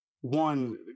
one